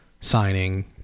signing